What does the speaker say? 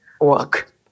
work